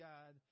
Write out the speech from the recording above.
God